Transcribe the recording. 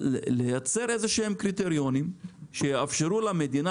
לייצר איזשהם קריטריונים שיאפשרו למדינה